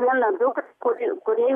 vieną dukrą kuri